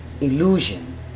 illusion